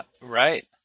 Right